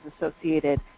associated